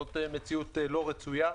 זאת מציאות לא רצויה,